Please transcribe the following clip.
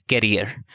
career